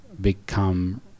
become